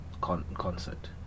concert